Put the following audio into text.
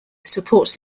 supports